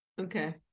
okay